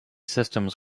systems